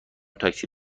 تاکسی